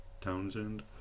Townsend